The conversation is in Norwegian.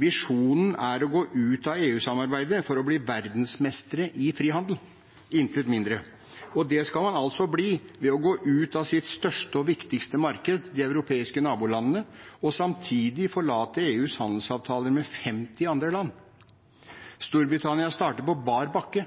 Visjonen er å gå ut av EU-samarbeidet for å bli verdensmestre i frihandel – intet mindre. Det skal man altså bli ved å gå ut av sitt største og viktigste marked, de europeiske nabolandene, og samtidig forlate EUs handelsavtaler med 50 andre land. Storbritannia starter på bar bakke